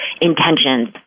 intentions